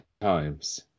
times